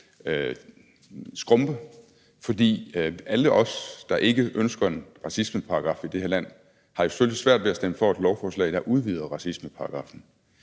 skrumpe. For alle os, der ikke ønsker en racismeparagraf i det her land, har selvfølgelig svært ved at stemme for et lovforslag, der udvider racismeparagraffen.